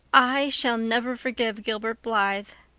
i shall never forgive gilbert blythe,